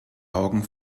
augen